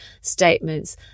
statements